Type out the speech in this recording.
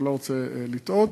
ולא רוצה לטעות,